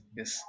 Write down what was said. yes